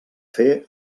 fer